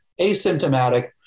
asymptomatic